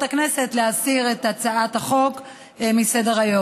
הכנסת להסיר את הצעת החוק מסדר-היום.